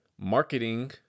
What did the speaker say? marketing